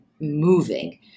moving